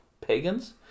pagans